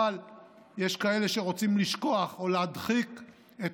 אבל יש כאלה שרוצים לשכוח או להדחיק את